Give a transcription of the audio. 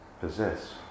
possess